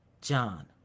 John